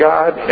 God